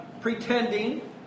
pretending